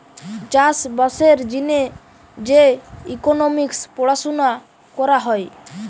চাষ বাসের জিনে যে ইকোনোমিক্স পড়াশুনা করা হয়